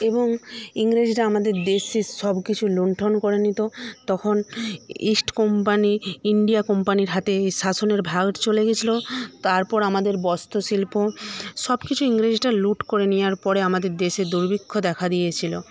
এবং ইংরেজরা আমাদের দেশে সবকিছু লুণ্ঠন করে নিত তখন ইস্ট কোম্পানি ইন্ডিয়া কোম্পানীর হাতে শাসনের ভার চলে গেছিল তারপর আমাদের বস্ত্র শিল্প সব কিছু ইংরেজরা লুঠ করে নেওয়ার পরে আমাদের দেশে দুর্ভিক্ষ দেখা দিয়েছিল